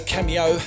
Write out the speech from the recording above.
Cameo